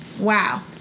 Wow